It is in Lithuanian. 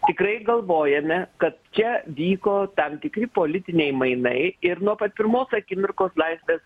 tikrai galvojame kad čia vyko tam tikri politiniai mainai ir nuo pat pirmos akimirkos laisvės